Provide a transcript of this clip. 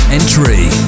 Entry